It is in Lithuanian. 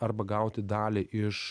arba gauti dalį iš